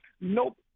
nope